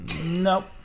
Nope